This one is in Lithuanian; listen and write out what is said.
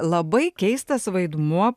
labai keistas vaidmuo